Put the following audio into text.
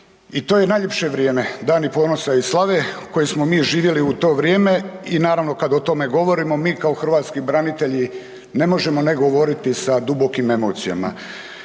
i to je najljepše vrijeme, dani ponosa i slave koje smo mi živjeli u to vrijeme. I naravno kad o tome govorimo mi kao hrvatski branitelji ne možemo ne govoriti sa dubokim emocijama.